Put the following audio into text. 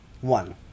One